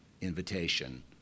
invitation